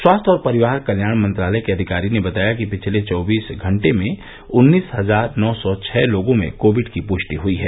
स्वास्थ्य और परिवार कल्याण मंत्रालय के अधिकारी ने बताया कि पिछले चौबीस घंटे में उन्नीस हजार नौ सौ छह लोगों में कोविड की पुष्टि हुई है